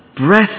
Breath